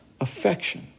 affection